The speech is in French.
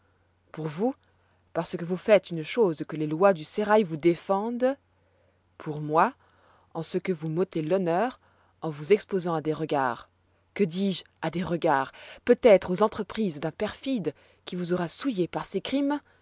pour vous parce que vous faites une chose que les lois du sérail vous défendent pour moi en ce que vous m'ôtez l'honneur en vous exposant à des regards que dis-je à des regards peut-être aux entreprises d'un perfide qui vous aura souillée par ses crimes